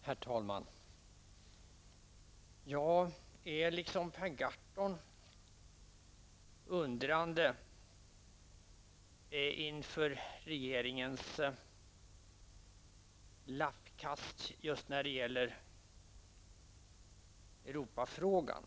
Herr talman! Jag är liksom Per Gahrton undrande över regeringens lappkast i Europafrågan.